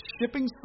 shipping